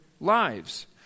lives